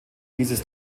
dieses